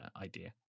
idea